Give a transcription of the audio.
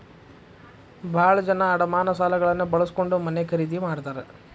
ಭಾಳ ಜನ ಅಡಮಾನ ಸಾಲಗಳನ್ನ ಬಳಸ್ಕೊಂಡ್ ಮನೆ ಖರೇದಿ ಮಾಡ್ತಾರಾ